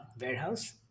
warehouse